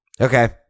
okay